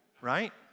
Right